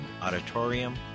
auditorium